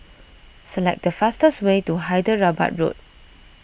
select the fastest way to Hyderabad Road